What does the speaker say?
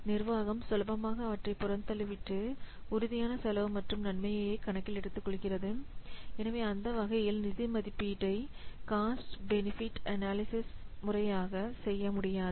நிர்வாகம் சுலபமாக அவற்றைப் புறந்தள்ளிவிட்டு உறுதியான செலவு மற்றும் நன்மையையே கணக்கில் எடுத்துக் கொள்கின்றது அந்த வகையில் நிதி மதிப்பீடு மதிப்பீட்டை காஸ்ட் பெனிஃபிட் அனலைசிஸ் முறையாக செய்ய முடியாது